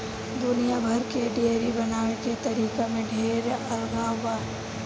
दुनिया भर के डेयरी बनावे के तरीका में ढेर अलगाव बा